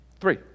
Three